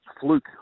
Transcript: fluke